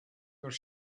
their